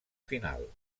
final